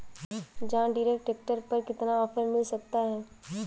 John Deere tractor पर कितना offer मिल सकता है?